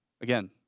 Again